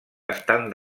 estan